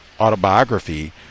autobiography